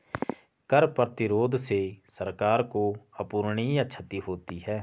कर प्रतिरोध से सरकार को अपूरणीय क्षति होती है